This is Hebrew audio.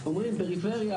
אומרים פריפריה,